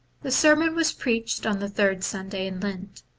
the sermon was preached on the third sunday in lent.